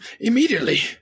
immediately